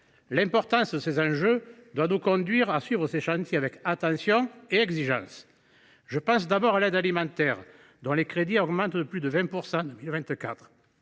L’importance de ces enjeux doit nous conduire à suivre ces chantiers avec attention et exigence. Je pense d’abord à l’aide alimentaire, dont les crédits augmenteront de plus de 20 % en 2024.